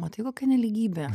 matai kokia nelygybė